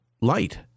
light